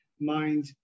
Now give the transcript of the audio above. mind